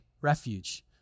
refuge